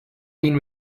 been